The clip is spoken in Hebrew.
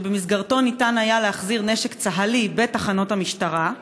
שבמסגרתו ניתן היה להחזיר נשק צה"לי בתחנות המשטרה.